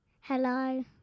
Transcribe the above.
Hello